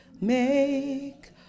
make